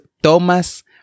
Thomas